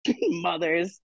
mother's